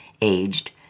aged